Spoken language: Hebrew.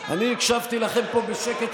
אנחנו מקשיבים לך כבר שעה.